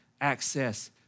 access